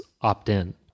opt-in